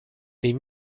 les